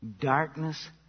Darkness